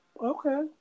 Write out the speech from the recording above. okay